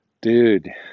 dude